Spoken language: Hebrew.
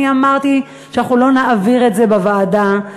אני אמרתי שאנחנו לא נעביר את זה בוועדה,